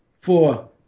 Four